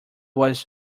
was